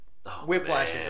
Whiplash